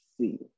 see